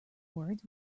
words